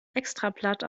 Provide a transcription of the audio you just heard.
extrablatt